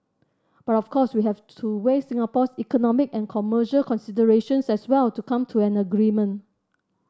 but of course we have to weigh Singapore's economic and commercial considerations as well to come to an agreement